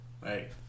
right